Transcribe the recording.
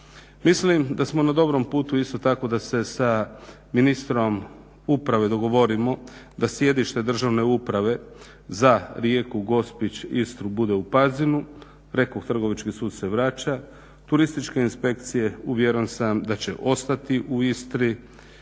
Mislim da smo na dobrom putu, isto tako da se sa ministrom uprave dogovorimo da sjedište državne uprave za Rijeku, Gospić, Istru bude u Pazinu. Rekoh Trgovački sud se vraća. Turističke inspekcije uvjeren sam da će ostati u Istri.